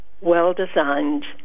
well-designed